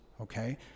Okay